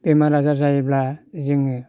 बेमार आजार जायोब्ला जोङो